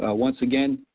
ah once again,